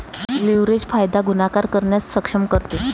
leverage फायदा गुणाकार करण्यास सक्षम करते